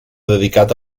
dedicat